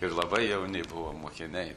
ir labai jauni buvom mokiniai